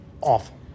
awful